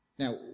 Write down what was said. Now